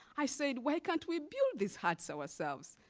i said, why can't we build these huts so ourselves?